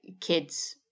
kids